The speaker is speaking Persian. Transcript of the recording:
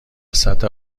سطح